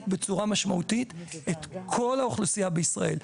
בצורה משמעותית את כל האוכלוסייה בישראל.